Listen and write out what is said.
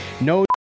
No